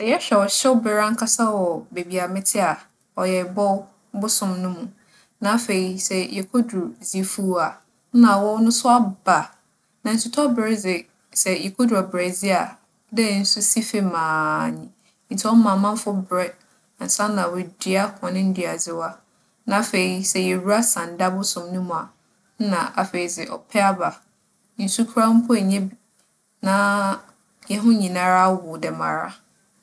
Sɛ yɛhwɛ ͻhyewber ankasa wͻ beebi a metse a, ͻyɛ Ebͻw bosoom no mu. Na afei, sɛ yekodur Dziifuu a, nna awͻw no so aba. Na nsutͻber dze, sɛ ikodur ͻberɛdzi a, dɛ nsu si famu ara nyi. Ntsi ͻma amamfo berɛ ansaana woeedua hͻn nduadzewa. Na afei, sɛ yewura Sanda bosoom no mu a, nna afei dze ͻpɛ aba. Nsu koraa mpo innya bi, na hɛnho nyinara awow dɛmara.